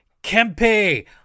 Kempe